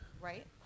Right